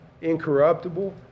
incorruptible